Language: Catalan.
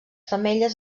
femelles